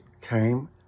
came